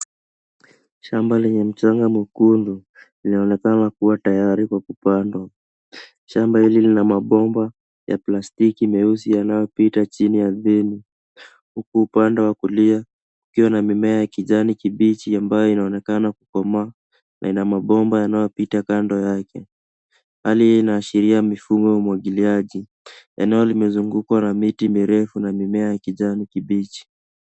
Shamba lenye mchanga mwekundu linaonekana kuwa tayari kwa kupandwa. Shamba hili lina mabomba ya plastiki meusi yanayopita chini ya mbinu huku upande wa kulia kukiwa na mimea ya kijani kibichi ambayo inaonekana kukomaa. Hali hii inaashiria mifumo ya umwagiliaji. Eneo limezungukwa na miti mirefu na mimea ya kijani kibichi.